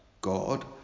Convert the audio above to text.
God